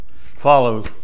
follows